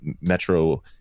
metro